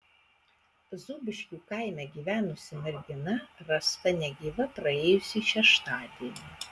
zūbiškių kaime gyvenusi mergina rasta negyva praėjusį šeštadienį